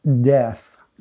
Death